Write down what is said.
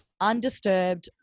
undisturbed